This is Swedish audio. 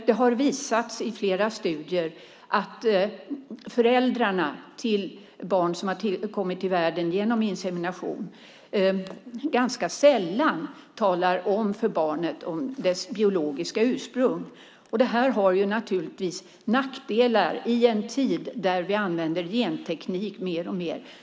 Det har visats i flera studier att föräldrarna till barn som har kommit till världen genom insemination ganska sällan berättar för barnet om dess biologiska ursprung. Det har naturligtvis nackdelar i en tid när vi använder genteknik mer och mer.